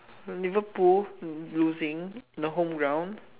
Liverpool losing on the home ground